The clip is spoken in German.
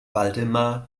waldemar